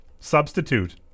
substitute